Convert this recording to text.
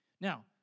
Now